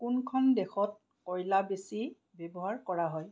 কোনখন দেশত কয়লা বেছি ব্যৱহাৰ কৰা হয়